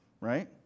right